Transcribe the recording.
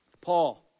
Paul